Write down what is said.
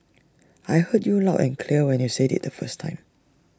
I heard you loud and clear when you said IT the first time